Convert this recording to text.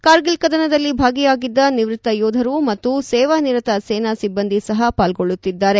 ಕಾರ್ಗಿಲ್ ಕದನದಲ್ಲಿ ಭಾಗಿಯಾಗಿದ್ದ ನಿವೃತ್ತ ಯೋಧರು ಮತ್ತು ಸೇವಾ ನಿರತ ಸೇನಾ ಸಿಬ್ಬಂದಿ ಸಹ ಪಾಲ್ಗೊಳ್ಳುತ್ತಿದ್ದಾರೆ